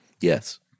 Yes